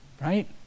Right